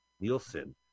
Nielsen